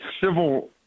civil